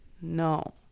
no